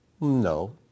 No